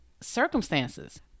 circumstances